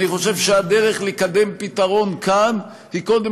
אני חושב שהדרך לקדם פתרון כאן היא קודם